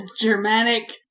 Germanic